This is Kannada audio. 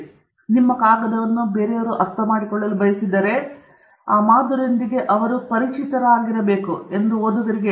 ಆದ್ದರಿಂದ ನಿಮ್ಮ ಕಾಗದವನ್ನು ಅವರು ಅರ್ಥಮಾಡಿಕೊಳ್ಳಲು ಬಯಸಿದರೆ ಆ ಮಾದರಿಯೊಂದಿಗೆ ಅವರು ಪರಿಚಿತರಾಗಿರಬೇಕು ಎಂದು ಓದುಗರಿಗೆ ಎಚ್ಚರಿಸುತ್ತದೆ